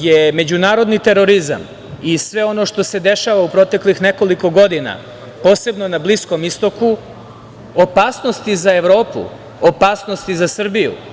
je međunarodni terorizam i sve ono što se dešava u proteklih nekoliko godina, posebno na Bliskom istoku, opasnost i za Evropu, opasnost i za Srbiju.